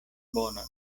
bonon